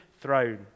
throne